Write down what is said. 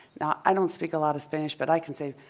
now, i don't speak a lot of spanish, but i can say,